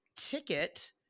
ticket